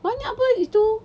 banyak [pe] itu